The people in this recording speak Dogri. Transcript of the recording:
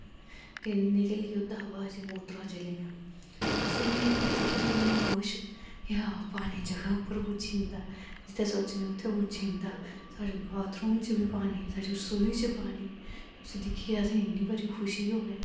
दिन निकलिये ओह्दे हा बाच मोटरां चलियां अस नेईं दिक्खी दी इन्ने खुश की हां पानी जगा उप्पर पुज्जी जंदा जित्थें सोचने उत्थें पुज्जी जंदा साढ़े बाथरूम च बी पानी साढ़ी रसाई च पानी उस्सी दिक्खियै असें इन्नी भारी खुशी होवै